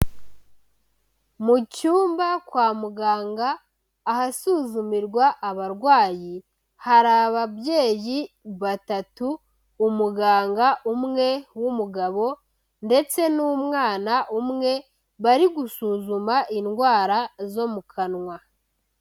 Mu cyumba kwa muganga ahasuzumirwa abarwayi, hari ababyeyi batatu umuganga umwe w'umugabo ndetse n'umwana umwe, bari gusuzuma indwara zo mu kanwa.